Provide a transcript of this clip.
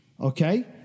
okay